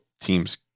teams